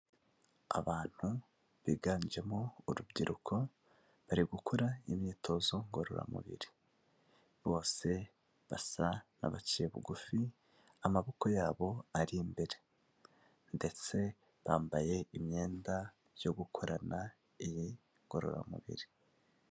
Abantu biganjemo urubyiruko bari gukora imyitozo ngororamubiri, bose basa n'abaciye bugufi, amaboko yabo ari imbere ndetse bambaye imyenda yo gukorana iyi ngororamubiri.